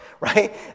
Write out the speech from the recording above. right